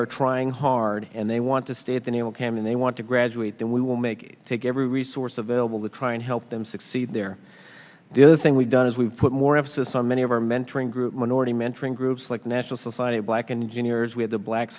are trying hard and they want to stay at the naval camp and they want to graduate then we will make take every resource available to try and help them succeed there the other thing we've done is we've put more emphasis on many of our mentoring group minority mentoring groups like national society of black and juniors with the black